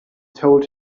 told